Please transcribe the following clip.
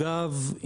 אגב,